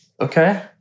okay